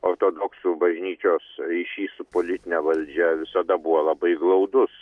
ortodoksų bažnyčios ryšys su politine valdžia visada buvo labai glaudus